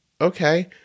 okay